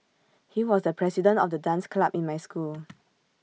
he was the president of the dance club in my school